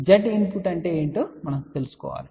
Z input అంటే ఏమిటో మనం కనుగొనాలి